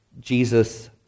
Jesus